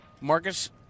Marcus